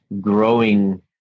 growing